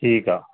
ਠੀਕ ਆ